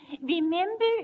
Remember